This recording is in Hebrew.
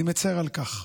אני מצר על כך.